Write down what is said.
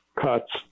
cuts